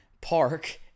park